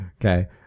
Okay